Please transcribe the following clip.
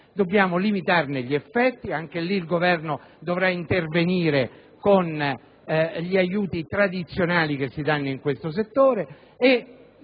dobbiamo limitarne gli effetti e anche in questo caso il Governo dovrà intervenire con gli aiuti tradizionali che si danno in questo settore.